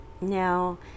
now